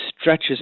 stretches